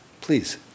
Please